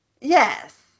Yes